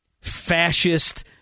fascist